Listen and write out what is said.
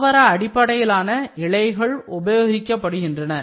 தாவர அடிப்படையிலான இழைகள் உபயோகிக்கப்படுகின்றன